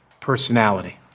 personality